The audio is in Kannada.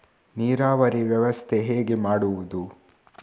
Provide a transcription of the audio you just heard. ನೀರಾವರಿ ವ್ಯವಸ್ಥೆ ಹೇಗೆ ಮಾಡುವುದು?